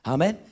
Amen